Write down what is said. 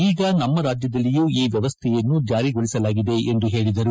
ಈಗ ನಮ್ನ ರಾಜ್ಯದಲ್ಲಿಯೂ ಈ ವ್ಯವಸ್ಥೆಯನ್ನು ಚಾರಿಗೊಳಿಸಲಾಗಿದೆ ಎಂದು ಹೇಳಿದರು